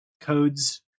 codes